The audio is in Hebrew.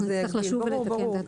נצטרך לשוב ולתקן.